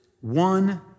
one